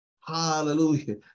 Hallelujah